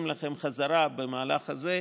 במהלך הזה,